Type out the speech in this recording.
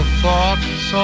thoughts